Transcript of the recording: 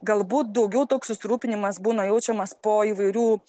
galbūt daugiau toks susirūpinimas būna jaučiamas po įvairių